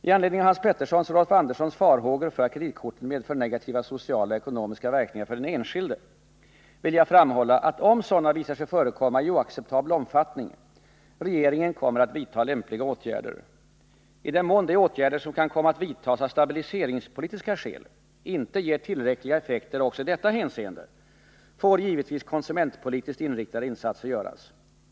I anledning av Hans Peterssons och Rolf Anderssons farhågor för att kreditkorten medför negativa sociala och ekonomiska verkningar för den enskilde vill jag framhålla att om sådana visar sig förekomma i oacceptabel omfattning kommer regeringen att vidta lämpliga åtgärder. I den mån de åtgärder som kan komma att vidtas av stabiliseringspolitiska skäl inte ger tillräckliga effekter också i detta avseende får givetvis konsumentpolitiskt inriktade insatser göras.